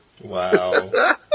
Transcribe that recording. Wow